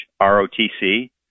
ROTC